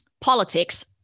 politics